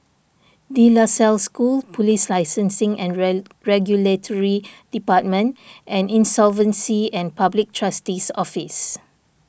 De La Salle School Police Licensing and Regulatory Department and Insolvency and Public Trustee's Office